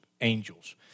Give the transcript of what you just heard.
angels